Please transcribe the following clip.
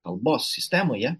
kalbos sistemoje